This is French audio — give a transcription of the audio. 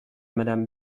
madame